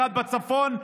אחד בצפון,